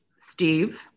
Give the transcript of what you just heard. Steve